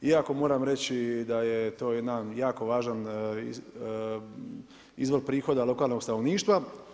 Iako moram reći da je to jedan jako važan izvor prihoda lokalnog stanovništva.